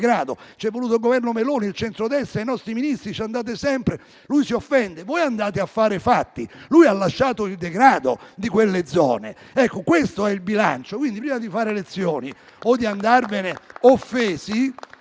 sono voluti il Governo Meloni, il centrodestra e i nostri Ministri, che ci vanno sempre. Lui si offende, ma voi andate a fare fatti. Lui ha lasciato il degrado in quelle zone. Questo è il bilancio, quindi, prima di fare lezioni o di andarvene offesi,